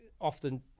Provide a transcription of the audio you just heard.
often